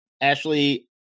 Ashley